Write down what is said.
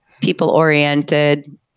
people-oriented